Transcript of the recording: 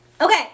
Okay